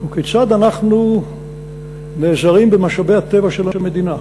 הוא כיצד אנחנו נעזרים במשאבי הטבע של המדינה